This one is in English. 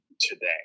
today